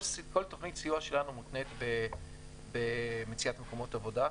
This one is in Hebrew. כל תוכנית סיוע שלנו מותנית במציאת מקומות עבודה.